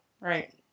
Right